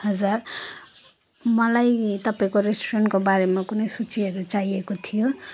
हजुर मलाई तपाईँको रेस्टुरेन्टको बारेमा कुनै सुचीहरू चाहिएको थियो